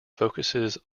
focuses